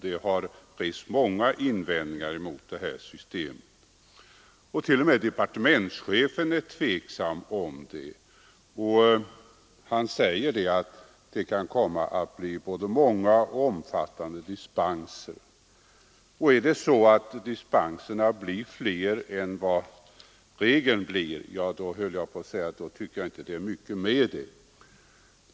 Det har rests många invändningar mot systemet, och t.o.m. departementschefen är tveksam till det. Han säger att det kan bli både många och omfattande dispenser. Om dispenserna kommer att omfatta fler än regeln är det inte mycket med systemet.